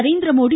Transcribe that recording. Narendra Modi